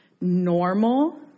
normal